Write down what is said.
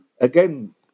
again